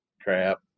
crap